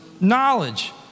knowledge